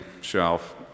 shelf